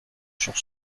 sur